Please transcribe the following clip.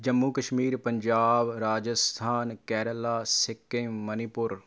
Jammu Kashmir Punjab Rajasthan Kerala Sikkim Manipur